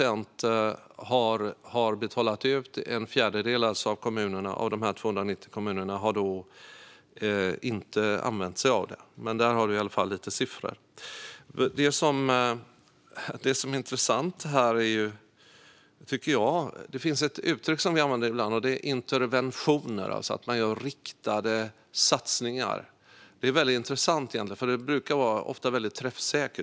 En fjärdedel av de 290 kommunerna har inte använt sig av fritidspengen. Där har du lite siffror. Det finns ett uttryck som vi använder ibland, nämligen interventioner, att göra riktade satsningar. Det är intressant eftersom de ofta brukar vara träffsäkra.